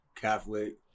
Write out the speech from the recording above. Catholic